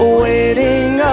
waiting